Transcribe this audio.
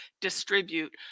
distribute